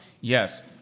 yes